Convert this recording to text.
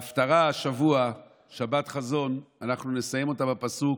את ההפטרה השבוע, שבת חזון, אנחנו נסיים בפסוק